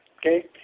okay